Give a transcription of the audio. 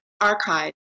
archive